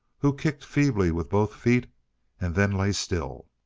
who kicked feebly with both feet and then lay still.